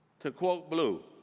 to quote bluu,